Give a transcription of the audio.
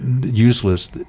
useless